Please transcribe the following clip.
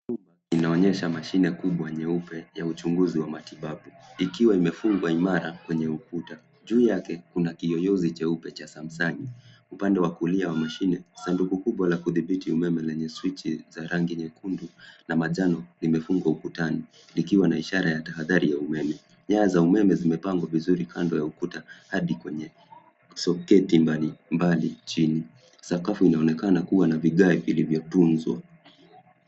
...inaonyesha mashine kubwa nyeupe ya uchunguzi wa kimatibabu ikiwa imefungwa imara kwenye ukuta. Juu yake, kuna kiyeyuzi cheupe cha Samsung. Upande wa kulia wa mashine, sanduku kubwa la kudhibiti umeme lenye swichi za rangi nyekundu na manjano limefungwa ukutani likiwa na ishara ya tahadhari ya umeme. Nyaya za umeme zimepengwa vizuri kando ya ukuta hadi kwenye soketi mbalimbali chini. Sakafu inaonekana kuwa na vigae vilivyotunzwa.